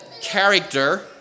character